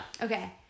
Okay